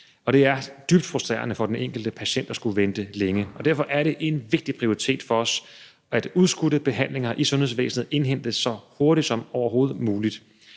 Det er dybt frustrerende for den enkelte patient at skulle vente længe, og derfor er det en vigtig prioritet for os, at udskudte behandlinger i sundhedsvæsenet indhentes så hurtigt som overhovedet muligt.